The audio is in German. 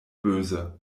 böse